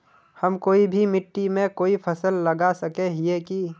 हम कोई भी मिट्टी में कोई फसल लगा सके हिये की?